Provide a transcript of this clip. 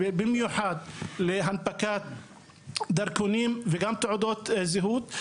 במיוחד להנפקת דרכונים וגם תעודות זהות.